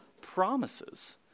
promises